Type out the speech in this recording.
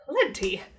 plenty